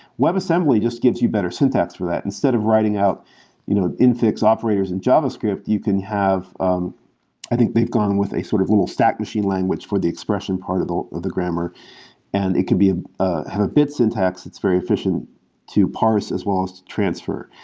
webassembly just gives you better syntax for that instead of writing out you know infix operators in javascript, you can have um i think they've gone with a sort of little stack machine language for the expression part of the of the grammar and it could ah have a bits syntax. it's very efficient to parse as well as to transfer.